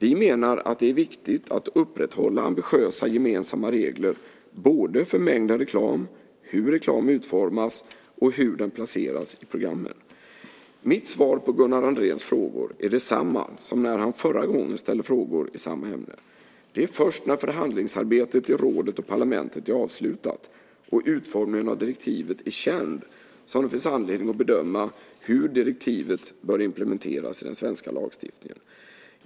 Vi menar att det är viktigt att upprätthålla ambitiösa gemensamma regler både för mängden reklam och för hur reklam utformas och hur den placeras i programmen. Mitt svar på Gunnar Andréns frågor är detsamma som när han förra gången ställde frågor i samma ämne. Det är först när förhandlingsarbetet i rådet och parlamentet är avslutat och utformningen av direktivet är känd som det finns anledning att bedöma hur direktivet bör implementeras i den svenska lagstiftningen.